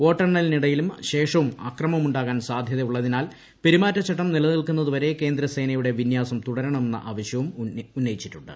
വോട്ടെണ്ണലിനിടയിലും ശേഷവും അക്രമമുണ്ടാകാൻ സാധൃതയുള്ളതിനാൽ പെരുമാറ്റച്ചട്ടം നിലനിൽക്കുന്നതുവരെ കേന്ദ്ര സേനയുടെ വിന്യാസം തുടരണമെന്ന ആവശ്യവും ഉന്നയിച്ചിട്ടുണ്ട്